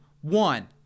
one